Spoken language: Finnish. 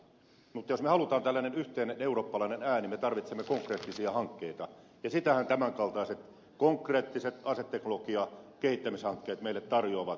mutta jos me haluamme tällaisen yhteisen eurooppalaisen äänen me tarvitsemme konkreettisia hankkeita ja sitähän tämän kaltaiset konkreettiset aseteknologian kehittämishankkeet meille tarjoavat